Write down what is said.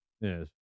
Yes